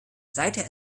seither